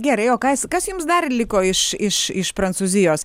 gerai o ką jis kas jums dar liko iš iš iš prancūzijos